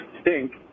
stink